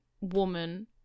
woman